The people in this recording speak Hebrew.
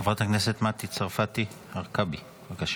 חברת הכנסת מטי צרפתי הרכבי, בבקשה.